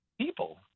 people